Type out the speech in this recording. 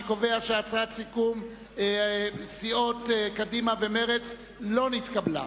אני קובע שהצעת הסיכום של סיעות קדימה ומרצ לא נתקבלה.